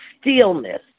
stillness